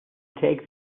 take